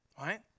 Right